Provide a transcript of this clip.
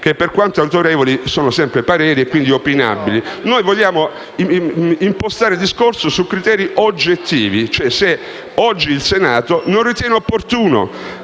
che, per quanto autorevoli, sono sempre pareri e quindi opinabili. Vogliamo invece impostare il discorso su criteri oggettivi, chiedendoci cioè se oggi il Senato non ritiene opportuno